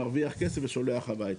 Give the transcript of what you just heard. מרוויח כסף ושולח הביתה.